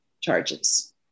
charges